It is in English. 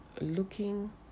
looking